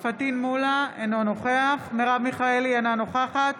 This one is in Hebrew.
פטין מולא, אינו נוכח מרב מיכאלי, אינה נוכחת